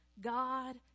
God